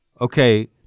okay